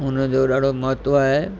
हुन जो ॾाढो महत्व आहे